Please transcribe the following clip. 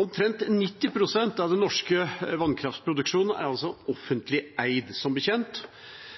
Omtrent 90 pst. av den norske vannkraftproduksjonen er som kjent offentlig eid.